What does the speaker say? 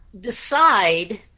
decide